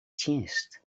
tsjinst